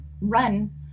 run